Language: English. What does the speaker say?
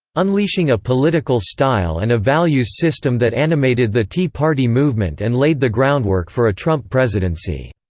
unleashing a political style and a values system that animated the tea party movement and laid the groundwork for a trump presidency.